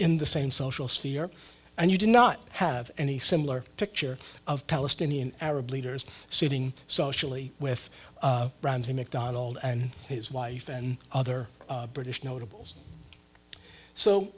in the same social sphere and you do not have any similar picture of palestinian arab leaders sitting socially with ramsey mcdonald and his wife and other british notables so